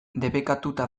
debekatuta